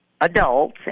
adults